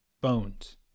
bones